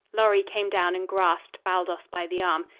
lorry came down and grasped baldos by the arm.